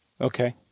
Okay